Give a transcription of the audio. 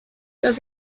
los